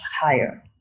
higher